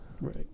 Right